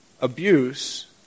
Abuse